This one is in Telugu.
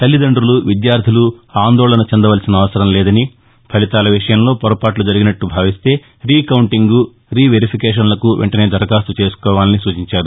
తల్లిదండులు విద్యార్దులు ఆందోళన చెందవలసిన అవసరంలేదని ఫలితాల విషయంలో పొరపాట్లు జరిగినట్లు భావిస్తే రీకౌంటింగ్ రీ వెరిఫికేషన్లకు వెంటనే దరఖాస్తు చేసుకోవాలని సూచించారు